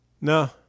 No